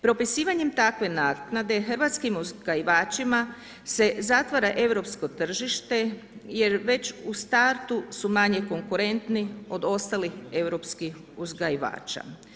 Propisivanjem takve naknade Hrvatskim uzgajivačima se zatvara europsko tržište jer već u startu su manje konkurentni od ostalih europskih uzgajivača.